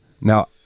Now